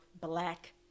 black